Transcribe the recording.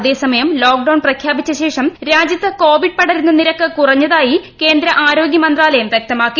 അതേസമയം ലോക്ഡൌൺ പ്രഖ്യാപിച്ചശേഷം രാജ്യത്ത് കോവിഡ് പടരുന്ന നിരക്ക് കുറഞ്ഞതായി കേന്ദ്ര ആരോഗ്യ മന്ത്രാലയം വൃക്തമാക്കി